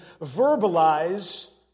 verbalize